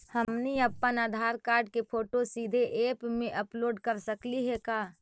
हमनी अप्पन आधार कार्ड के फोटो सीधे ऐप में अपलोड कर सकली हे का?